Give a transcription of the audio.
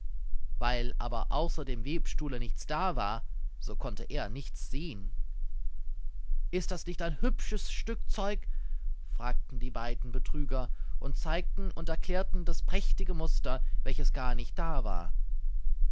weil aber außer dem webstuhle nichts da war so konnte er nichts sehen ist das nicht ein hübsches stück zeug fragten die beiden betrüger und zeigten und erklärten das prächtige muster welches gar nicht da war